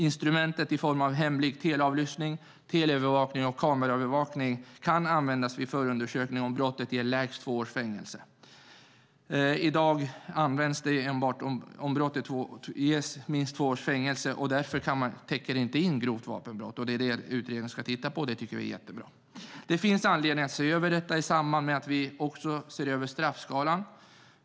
Instrumentet i form av hemlig teleavlyssning, teleövervakning och kameraövervakning kan användas vid förundersökning om brottet ger lägst två års fängelse. I dag får det användas enbart om brottet ger minst två års fängelse. Det gör det inte i dag; därför täcker det inte in grovt vapenbrott. Det är det som utredningen ska titta på. Det tycker vi är jättebra. Det finns anledning att se över detta i samband med att vi också ser över straffskalan.